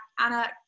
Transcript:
Anna